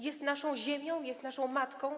Jest naszą ziemią, jest naszą matką.